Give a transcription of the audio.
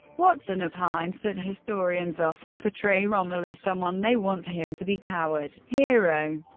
watson opines that historians often portray rommel as someone they want him to be, coward. hero,